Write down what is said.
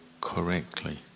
correctly